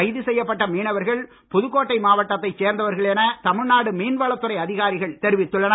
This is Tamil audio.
கைது செய்யப்பட்ட மீனவர்கள் புதுக்கோட்டை மாவட்டத்தை சேர்ந்தவர்கள் என தமிழ்நாடு மீன்வளத்துறை அதிகாரிகள் தெரிவித்துள்ளனர்